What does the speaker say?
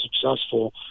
successful